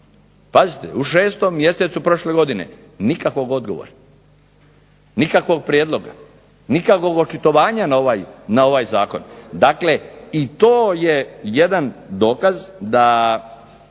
Pazite u 6. mjesecu prošle godine. Nikakvog odgovora. Nikakvog prijedloga. Nikakvog očitovanja na ovaj zakon. Dakle i to je jedan dokaz da